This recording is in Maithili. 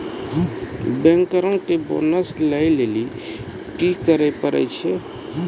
बैंकरो के बोनस लै लेली कि करै पड़ै छै?